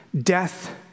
death